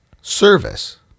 service